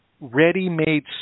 ready-made